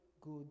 good